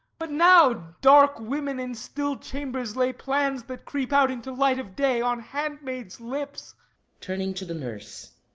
but now dark women in still chambers lay plans that creep out into light of day on handmaids' lips turning to the nurse.